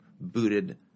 booted